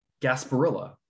Gasparilla